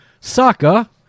Saka